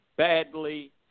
Badly